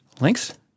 links